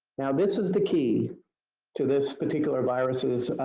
now this is the key to this particular viruses,